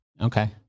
Okay